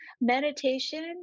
meditation